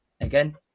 again